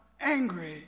angry